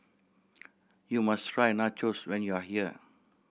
you must try Nachos when you are here